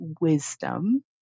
wisdom